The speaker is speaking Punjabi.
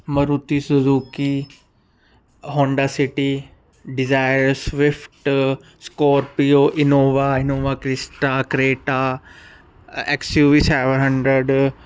Maruti Suzuki Honda City Dzire Swift Scorpio Innova Innova Crysta Creta X U V seven hundred